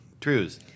Trues